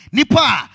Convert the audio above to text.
Nipa